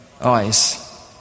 eyes